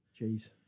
Jeez